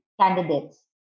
candidates